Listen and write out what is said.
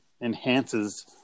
enhances